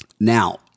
Now